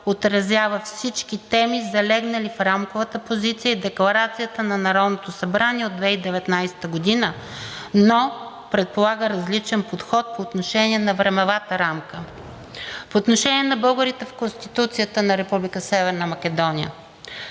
отразява всички теми, залегнали в Рамковата позиция и декларацията на Народното събрание от 2019 г., но предполага различен подход по отношение на времевата рамка. По отношение на българите в Конституцията на Република